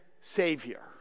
Savior